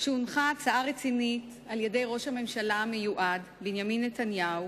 שהונחה הצעה רצינית על-ידי ראש הממשלה המיועד בנימין נתניהו